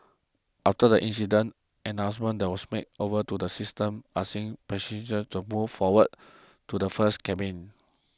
after the incident an announcement was made over to the systems asking for passengers to move forward to the first cabin